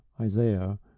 Isaiah